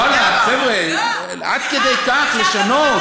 ואללה, חברה, עד כדי כך לשנות?